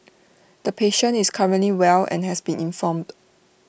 the patient is currently well and has been informed